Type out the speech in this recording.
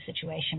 situation